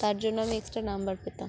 তার জন্য আমি এক্সট্রা নাম্বার পেতাম